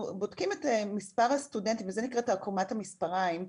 בודקים את מספר הסטודנטים וזו נקראת "עקומת המספריים",